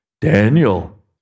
Daniel